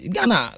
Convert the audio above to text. Gana